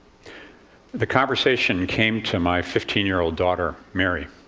the conversation came to my fifteen year old daughter, mary.